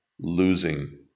losing